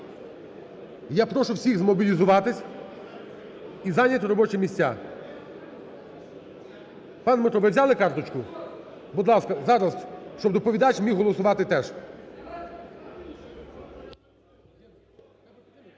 Я прошу всіх змобілізуватися і зайняти робочі місця. Пан Дмитро, ви взяли карточку? Будь ласка. Зараз, щоб доповідач міг голосувати теж.